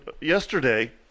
yesterday